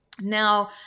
Now